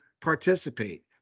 participate